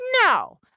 No